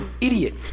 idiot